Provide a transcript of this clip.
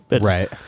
right